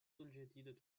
الجديدة